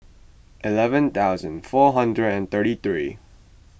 eleven thousand four hundred and thirty three